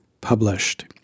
published